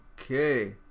Okay